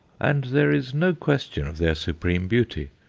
and there is no question of their supreme beauty,